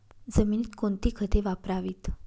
जमिनीत कोणती खते वापरावीत?